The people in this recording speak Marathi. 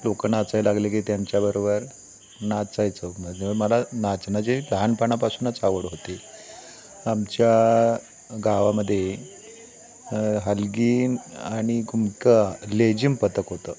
लोक नाचायला लागले की त्यांच्याबरोबर नाचायचो म ज मला नाचण्याची लहानपणापासूनच आवड होती आमच्या गावामध्ये हलगी आणि घुमकं लेझिम पथक होतं